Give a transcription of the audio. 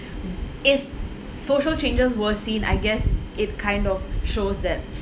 if social changes were seen I guess it kind of shows that